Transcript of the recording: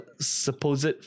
supposed